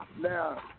Now